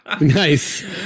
Nice